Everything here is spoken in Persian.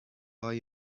های